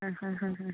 ആ ഹാ ഹാ ഹാ